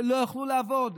שהן לא יוכלו לעבוד?